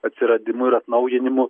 atsiradimu ir atnaujinimu